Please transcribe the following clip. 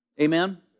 Amen